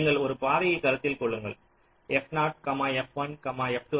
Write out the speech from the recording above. நீங்கள் ஒரு பாதையை கருத்தில் கொள்ளுங்கள் f0 f1 f2